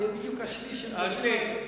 וזה יהיה בדיוק שליש של קדימה,